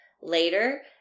later